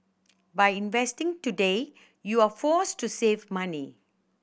by investing today you're forced to save money